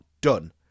done